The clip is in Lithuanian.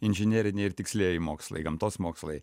inžineriniai ir tikslieji mokslai gamtos mokslai